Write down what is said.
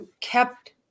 kept